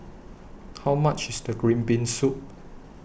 How much IS The Green Bean Soup